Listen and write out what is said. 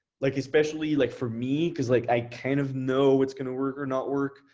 like especially like for me cause like i kind of know what's gonna work or not work,